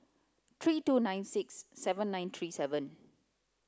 three two nine six seven nine three seven